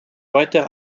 weitere